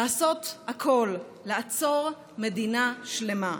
לעשות הכול, לעצור מדינה שלמה.